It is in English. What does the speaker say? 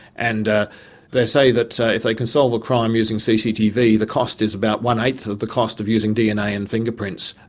and ah they say that if they can solve a crime using cctv, the cost is about one-eighth of the cost of using dna and fingerprints,